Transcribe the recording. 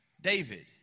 David